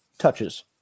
touches